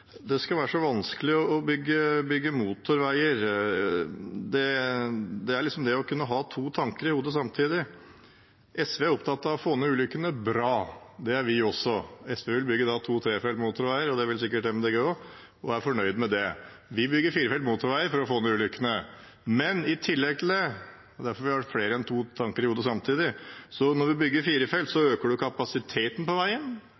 det skal være så vanskelig å bygge motorveier. Det er det å kunne ha to tanker i hodet samtidig. SV er opptatt av å få ned ulykkene. Bra, det er vi også. SV vil bygge to- og trefelts motorvei, det vil sikkert Miljøpartiet De Grønne også, og er fornøyd med det. Vi bygger firefelts motorveier for å få ned ulykkene, men i tillegg – for vi har flere enn to tanker i hodet samtidig: Når man bygger firefelts, øker kapasiteten på veien.